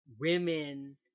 women